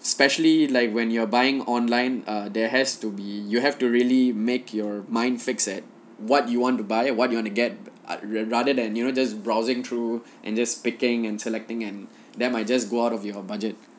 specially like when you're buying online err there has to be you have to really make your mind fix at what you want to buy or what you want to get ah rather than you know just browsing through and just picking and selecting and that might just go out of your budget